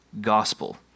gospel